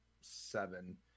seven